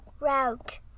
route